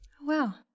Wow